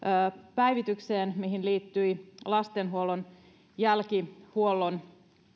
päivitykseen mihin liittyi lastensuojelun jälkihuollon